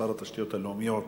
שר התשתיות הלאומיות,